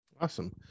awesome